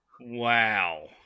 Wow